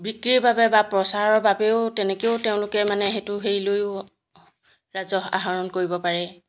বিক্ৰীৰ বাবে বা প্ৰচাৰৰ বাবেও তেনেকৈও তেওঁলোকে মানে সেইটো হেৰি লৈও ৰাজহ আহৰণ কৰিব পাৰে